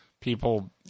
people